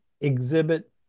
exhibit